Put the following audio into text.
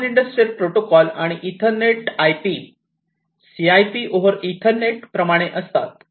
common industrial protocol आणि Ethernet IP CIP over Ethernet प्रमाणे असतात